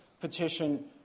petition